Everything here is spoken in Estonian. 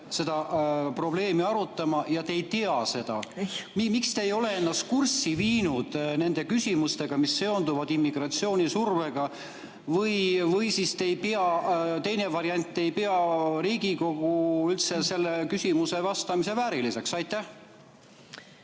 seda probleemi arutama, aga te ei tea seda. Miks te ei ole ennast kurssi viinud nende küsimustega, mis seonduvad immigratsioonisurvega? Või siis te ei pea, teine variant, Riigikogu üldse sellele küsimusele vastamise vääriliseks. Aitäh!